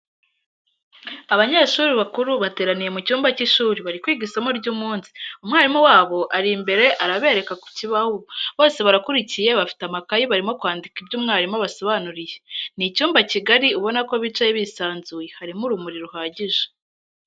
Abanyeshuri bakuru bateraniye mu cyumba cy'ishuri bari kwiga isomo ry'umunsi, umwalimu wabo ari imbere arabereka ku kibaho, bose barakurikiye bafite amakaye barimo kwandika ibyo umwalimu abasobanuriye. ni icyumba kigari ubona ko bicaye bisanzuye , harimo urumuri ruhagije.